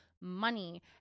money